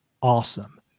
awesome